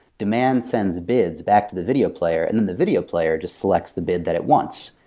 demand sends bids back to the video player, and then the video player just selects the bid that it wants.